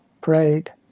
prayed